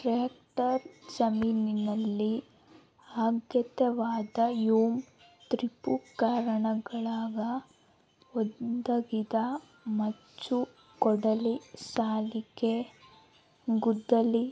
tractor ಜಮೀನಿನಲ್ಲಿ ಅಗತ್ಯವಾದ ಯಂತ್ರೋಪಕರಣಗುಳಗ ಒಂದಾಗಿದೆ ಮಚ್ಚು ಕೊಡಲಿ ಸಲಿಕೆ ಗುದ್ದಲಿ